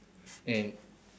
and